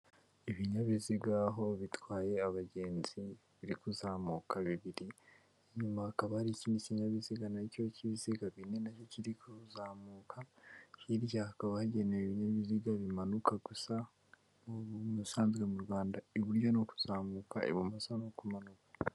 Ibinyabiziga aho bitwaye abagenzi biri kuzamuka bibiri, inyuma hakaba hari ikindi kinyabiziga nacyo cy'ibiziga bine na cyo kiri kuzamuka, hirya hakaba hagenewe ibinyabiziga bimanuka, gusa mubusanzwe mu Rwanda iburyo ni ukuzamuka ibumoso ni ukumanuka.